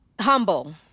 humble